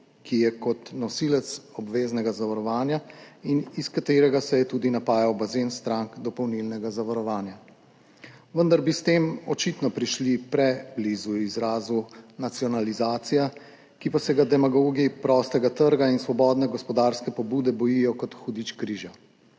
ki je kot nosilec obveznega zavarovanja in iz katerega se je tudi napajal bazen strank dopolnilnega zavarovanja, vendar bi s tem očitno prišli preblizu izrazu nacionalizacija, ki pa se ga demagogi prostega trga in svobodne gospodarske pobude bojijo kot hudič križa.